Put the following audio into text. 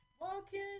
walking